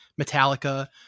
Metallica